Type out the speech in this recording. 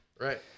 Right